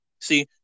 See